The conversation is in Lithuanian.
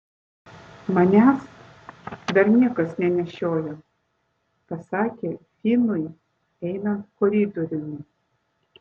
manęs dar niekas nenešiojo pasakė finui einant koridoriumi